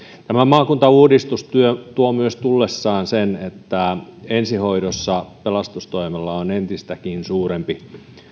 tämä maakuntauudistus tuo tullessaan myös sen että ensihoidossa pelastustoimella on entistäkin suurempi